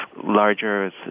larger